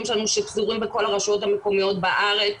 שלנו שפזורים בכל הרשויות המקומיות בארץ